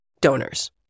donors